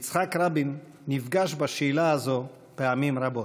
יצחק רבין נפגש בשאלה הזאת פעמים רבות.